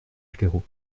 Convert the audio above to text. claireaux